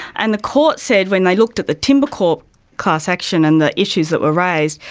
and the court said when they looked at the timbercorp class action and the issues that were raised,